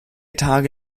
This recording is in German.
tage